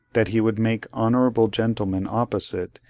that he would make honourable gentlemen opposite,